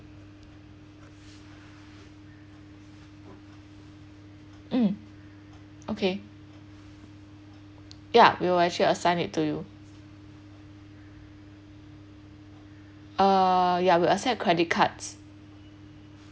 mm okay ya we'll actually assign it to you uh yeah we accept credit cards